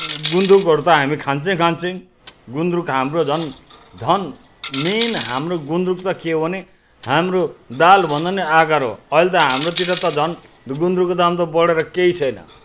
यो गुन्द्रकहरू त हामी खान्छै खान्छौँ गुन्द्रक हाम्रो झन् धन मेन हाम्रो गुन्द्रक त के हो भने हाम्रो दालभन्दा पनि आकार हो अहिले त हाम्रोतिर त झन् गुन्द्रकको दाम त बढेर केही छैन